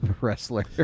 wrestler